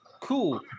cool